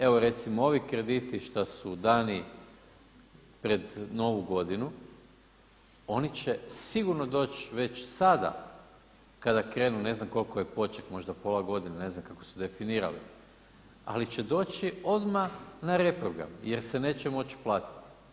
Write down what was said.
Evo recimo ovi krediti šta su dani pred novu godinu, oni će sigurno doć već sada kada krenu, ne znam koliko je poček, možda pola godine, ne znam kako su definirali, ali će doći odmah na reprogrm jer se neće moći platiti.